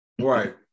right